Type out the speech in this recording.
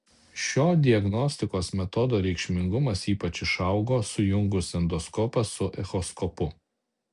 šio diagnostikos metodo reikšmingumas ypač išaugo sujungus endoskopą su echoskopu